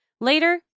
Later